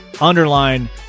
underline